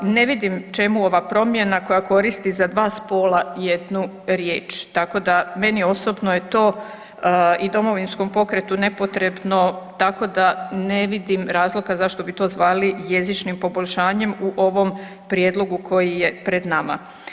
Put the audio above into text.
Ne vidim čemu ova promjena koja koristi za dva spola jednu riječ, tako da meni osobno je to i Domovinskom pokretu nepotrebno, tako da ne vidim razloga zašto bi to zvali jezičnim poboljšanjem u ovom prijedlogu koji je pred nama.